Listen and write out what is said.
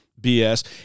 BS